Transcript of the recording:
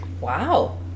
wow